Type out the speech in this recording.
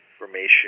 information